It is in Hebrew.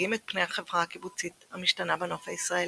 המדגים את פני החברה הקיבוצית המשתנה בנוף הישראלי.